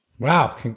Wow